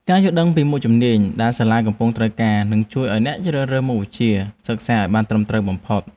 ការយល់ដឹងពីមុខជំនាញដែលសាលាកំពុងត្រូវការនឹងជួយឱ្យអ្នកជ្រើសរើសមុខវិជ្ជាសិក្សាបានត្រឹមត្រូវបំផុត។